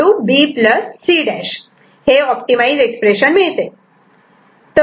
B C' हे optimise expression मिळते